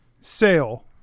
sail